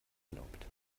glaubt